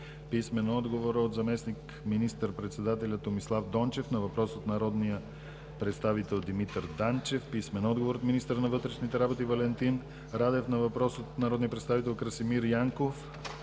Найденова; – от заместник министър-председателя Томислав Дончев на въпрос от народния представител Димитър Данчев; – от министъра на вътрешните работи Валентин Радев на въпрос от народния представител Красимир Янков;